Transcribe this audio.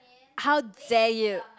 how dare you